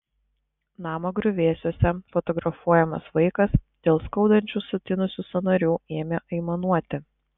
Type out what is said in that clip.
namo griuvėsiuose fotografuojamas vaikas dėl skaudančių sutinusių sąnarių ėmė aimanuoti